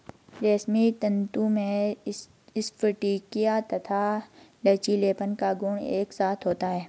रेशमी तंतु में स्फटिकीय तथा लचीलेपन का गुण एक साथ होता है